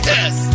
Yes